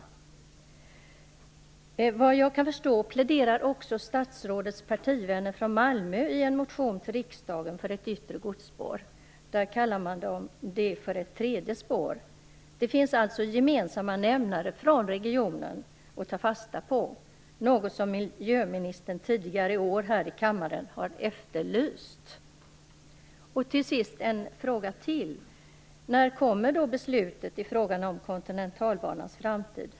Såvitt jag kan förstå pläderar också statsrådets partivänner från Malmö i en motion till riksdagen för ett yttre godsspår. Där kallar man det för det tredje spåret. Det finns alltså gemensamma nämnare från regionen att ta fasta på, något som miljöministern tidigare i år här i kammaren har efterlyst. Till sist ytterligare en fråga. När kommer beslutet om Kontinentalbanans framtid?